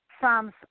Psalms